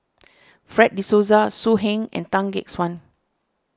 Fred De Souza So Heng and Tan Gek Suan